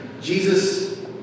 Jesus